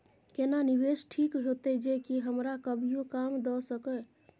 केना निवेश ठीक होते जे की हमरा कभियो काम दय सके?